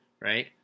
right